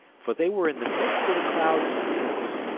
for they were in the midst of the clouds and mists,